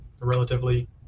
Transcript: relatively